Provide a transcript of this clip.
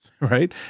right